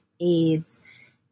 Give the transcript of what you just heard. AIDS